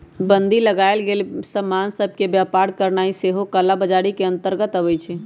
बन्दी लगाएल गेल समान सभ के व्यापार करनाइ सेहो कला बजारी के अंतर्गत आबइ छै